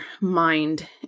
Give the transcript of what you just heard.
mind